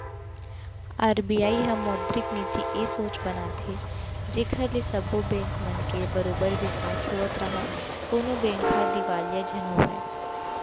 RBI ह मौद्रिक नीति ए सोच बनाथे जेखर ले सब्बो बेंक मन के बरोबर बिकास होवत राहय कोनो बेंक ह दिवालिया झन होवय